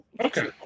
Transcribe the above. Okay